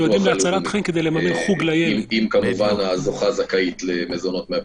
אם הזוכה זכאית למזונות.